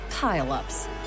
pile-ups